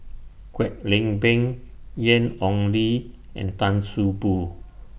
Kwek Leng Beng Ian Ong Li and Tan See Boo